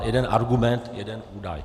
Jeden argument, jeden údaj.